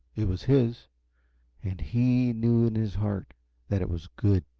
it was his and he knew in his heart that it was good.